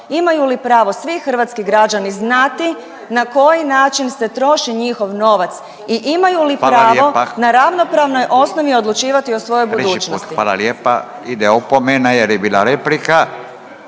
Imaju li pravo svi hrvatski građani znati na koji način se troši njihov novac i imaju li pravo …/Upadica Radin: Hvala lijepa./… na ravnopravnoj osnovi odlučivati i o svojoj budućnosti.